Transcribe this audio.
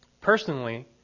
personally